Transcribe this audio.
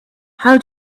how